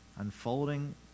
Unfolding